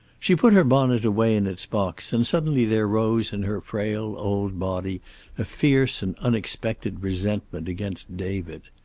she put her bonnet away in its box, and suddenly there rose in her frail old body a fierce and unexpected resentment against david.